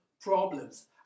problems